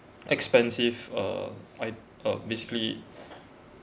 expensive uh I uh basically